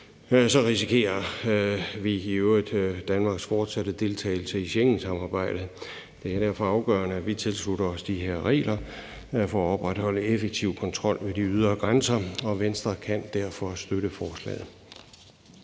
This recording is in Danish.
risikerer vi i øvrigt Danmarks fortsatte deltagelse i Schengensamarbejdet. Det er derfor afgørende, at vi tilslutter os de her regler for at opretholde en effektiv kontrol ved de ydre grænser, og Venstre kan derfor støtte forslaget.